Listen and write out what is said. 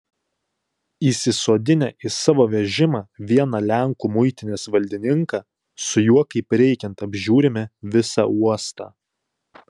įsisodinę į savo vežimą vieną lenkų muitinės valdininką su juo kaip reikiant apžiūrime visą uostą